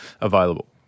available